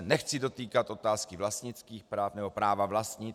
Nechci se dotýkat otázky vlastnických práv nebo práva vlastnit.